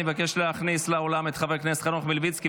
אני מבקש להכניס לאולם את חבר הכנסת חנוך מלביצקי,